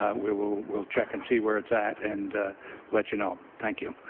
ah we will will check and see where it's at and let you know. thank you.